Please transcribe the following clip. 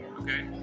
Okay